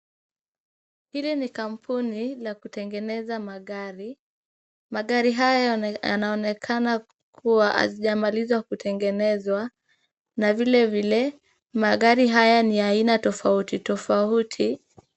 Hili ni kampuni la kutengeneza magari. Magari haya yanaonekana kuwa hayajamalizwa kutengenezwa na vile vile magari haya ni ya aina tofauti tofauti.